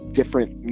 different